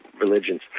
religions